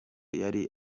yari